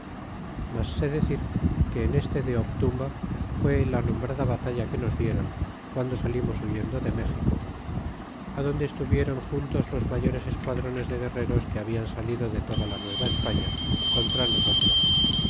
mas sé decir que en este de bimba fué la nombrada batalla que nos diéron guando salimos huyendo de méxico adonde estuvieron juntos los mayores esquadrones de guerreros que ha habido en toda la nueva españa contra nosotros